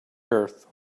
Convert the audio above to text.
earth